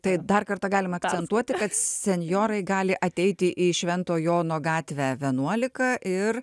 tai dar kartą galime akcentuoti kad senjorai gali ateiti į švento jono gatvę vienuolika ir